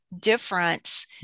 difference